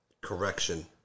correction